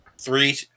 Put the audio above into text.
three